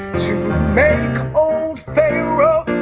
to make old pharaoh